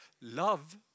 love